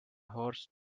horse